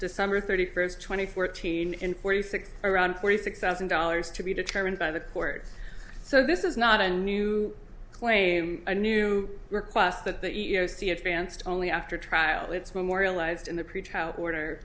december thirty first twenty fourteen in forty six around forty six thousand dollars to be determined by the court so this is not a new claim a new request that the e e o c advanced only after trial it's memorialized in the pretrial order